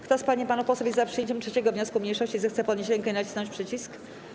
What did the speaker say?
Kto z pań i panów posłów jest przyjęciem 3. wniosku mniejszości, zechce podnieść rękę i nacisnąć przycisk.